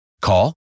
Call